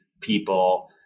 people